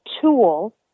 tool